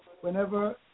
whenever